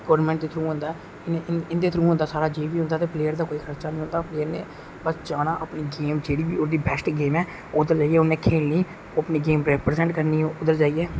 government दे through होंदा ऐ इंदे थ्रू होंदा ऐ प्लेयर दा कोई खर्चा नेई होंदा प्लेयर ने बस जाना अपनी गेम जेहड़ी बी ओहदी बेस्ट गेम ऐ ओह् उनें खेलनी गेम रिप्रसेंट करनी उद्धर जाइयै